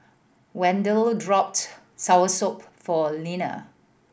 Wendell soursop for Lenna